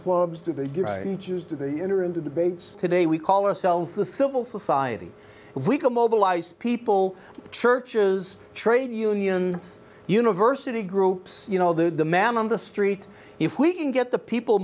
clubs to choose to be enter into the bates today we call ourselves the civil society we can mobilize people churches trade unions university groups you know the man on the street if we can get the people